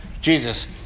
Jesus